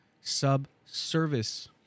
sub-service